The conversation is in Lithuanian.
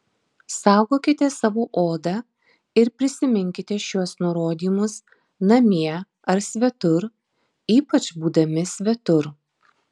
saugokite savo odą ir prisiminkite šiuos nurodymus namie ar svetur ypač būdami svetur